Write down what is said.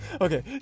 Okay